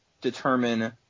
determine